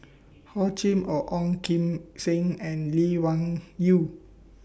Hor Chim Or Ong Kim Seng and Lee Wung Yew